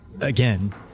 again